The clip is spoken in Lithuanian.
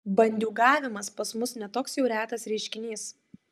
bandiūgavimas pas mus ne toks jau retas reiškinys